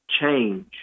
change